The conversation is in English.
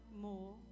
more